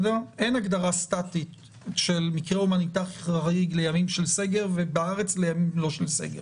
אין הגדרה סטטית של מקרה הומניטרי חריג לימים של סגר ולימים לא של סגר,